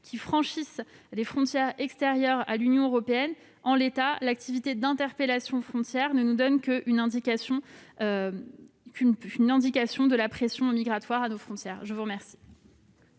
qui franchissent les frontières extérieures à l'Union européenne. En l'état, l'activité d'interpellations aux frontières nous donne seulement une indication de la pression migratoire à nos frontières. La parole